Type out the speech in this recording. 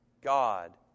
God